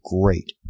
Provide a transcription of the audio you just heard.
great